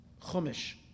Chumash